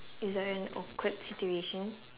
is there an awkward situation